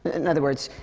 in other words,